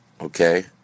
Okay